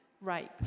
rape